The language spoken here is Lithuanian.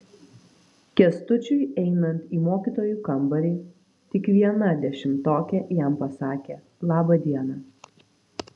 kęstučiui einant į mokytojų kambarį tik viena dešimtokė jam pasakė laba diena